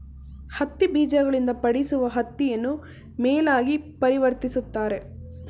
ಹತ್ತಿ ಬೀಜಗಳಿಂದ ಪಡಿಸುವ ಹತ್ತಿಯನ್ನು ಮೇಲಾಗಿ ಪರಿವರ್ತಿಸುತ್ತಾರೆ